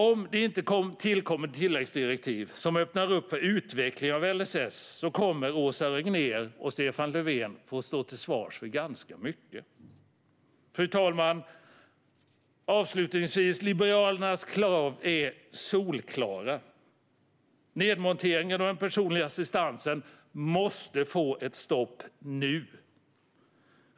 Om det inte kommer tilläggsdirektiv som öppnar för utveckling av LSS kommer Åsa Regnér och Stefan Löfven att få stå till svars för mycket. Fru talman! Liberalernas krav är solklara. Nedmonteringen av den personliga assistansen måste få ett stopp nu.